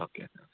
okay എന്നാൽ